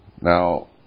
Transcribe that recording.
Now